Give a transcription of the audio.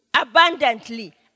abundantly